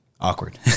awkward